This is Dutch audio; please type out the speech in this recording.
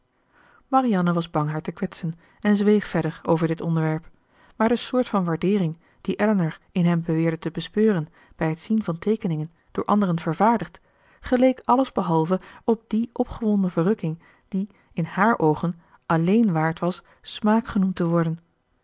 marianne was bang haar te kwetsen en zweeg verder over dit onderwerp maar de soort van waardeering die elinor in hem beweerde te bespeuren bij t zien van teekeningen door anderen vervaardigd geleek alles behalve op die opgewonden verrukking die in hààr oogen alleen waard was smaak genoemd te worden